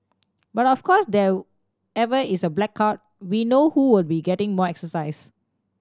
but of course there ever is a blackout we know who will be getting more exercise